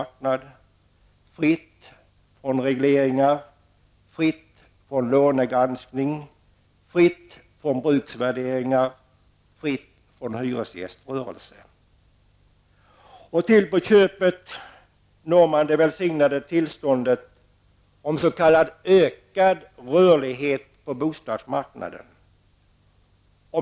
Den skall vara fri från regleringar, fri från lånegranskning, fri från bruksvärderingar och fri från hyresgäströrelser. Till på köpet når man det välsignade tillståndet med s.k. ökad rörlighet på bostadsmarknaden.